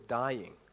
dying